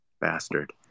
Bastard